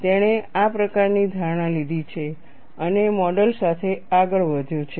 તેણે આ પ્રકારની ધારણા લીધી છે અને મોડેલ સાથે આગળ વધ્યો છે